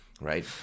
right